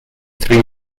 three